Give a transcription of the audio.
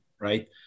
right